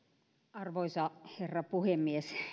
arvoisa herra puhemies